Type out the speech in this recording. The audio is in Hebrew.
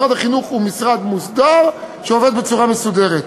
משרד החינוך הוא משרד מוסדר שעובד בצורה מסודרת.